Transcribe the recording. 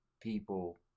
people